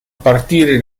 partire